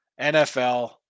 NFL